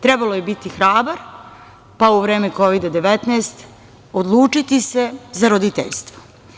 Trebalo je biti hrabar, pa u vreme Kovida-19 odlučiti se za roditeljstvo.